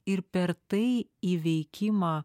ir per tai įveikimą